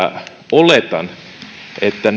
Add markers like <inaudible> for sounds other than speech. oletan että <unintelligible>